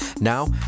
Now